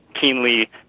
keenly